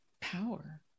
power